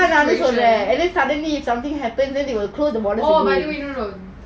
oh by the way no no